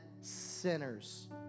sinners